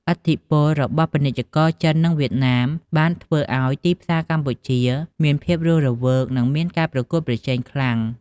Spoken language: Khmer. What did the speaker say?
ឥទ្ធិពលរបស់ពាណិជ្ជករចិននិងវៀតណាមបានធ្វើឱ្យទីផ្សារកម្ពុជាមានភាពរស់រវើកនិងមានការប្រកួតប្រជែងខ្លាំង។